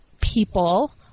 people